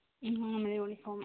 ഇതാണ് നമ്മളെ യൂണിഫോമ്